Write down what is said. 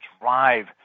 drive